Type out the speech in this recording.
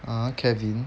(uh huh) kevin